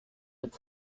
would